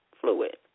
fluid